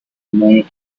many